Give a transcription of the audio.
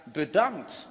bedankt